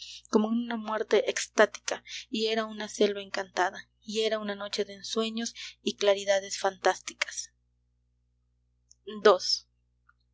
como en una muerte extática y era una selva encantada y era una noche de ensueños y claridades fantásticas